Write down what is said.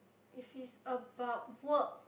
if it's about work